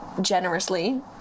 generously